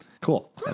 Cool